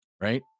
right